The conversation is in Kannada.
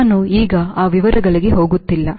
ನಾನು ಈಗ ಆ ವಿವರಗಳಿಗೆ ಹೋಗುತ್ತಿಲ್ಲ